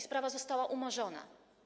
Sprawa została umorzona.